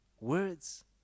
Words